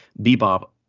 Bebop